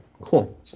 cool